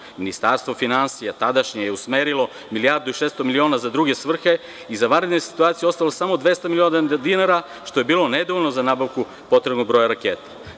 Tadašnje Ministarstvo finansija je usmerilo milijardu i 600 miliona za druge svrhe i za vanredne situacije ostalo je samo 200 miliona dinara, što je bilo nedovoljno za nabavku potrebnog broja raketa.